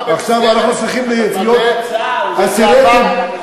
עכשיו אנחנו צריכים להיות אסירי תודה,